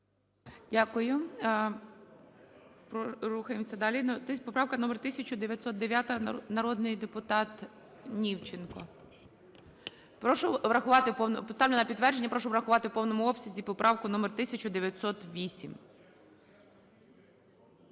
Дякую. Рухаємося далі. Поправка 1909. Народний депутат Німченко. Ставлю на підтвердження. Прошу врахувати в повному обсязі поправку номер 1908. Я